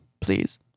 please